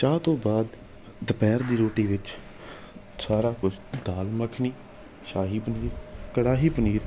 ਚਾਹ ਤੋਂ ਬਾਅਦ ਦੁਪਹਿਰ ਦੀ ਰੋਟੀ ਵਿੱਚ ਸਾਰਾ ਕੁਛ ਦਾਲ ਮੱਖਣੀ ਸ਼ਾਹੀ ਪਨੀਰ ਕੜਾਹੀ ਪਨੀਰ